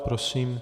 Prosím.